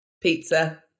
pizza